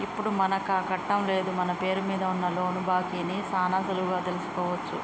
ఇప్పుడు మనకాకట్టం లేదు మన పేరు మీద ఉన్న లోను బాకీ ని సాన సులువుగా తెలుసుకోవచ్చు